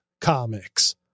comics